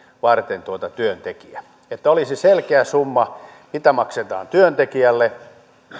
varten työntekijä olisi selkeä summa mitä maksetaan työntekijälle